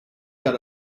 got